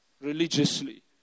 Religiously